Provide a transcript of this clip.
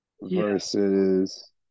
versus